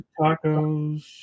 Tacos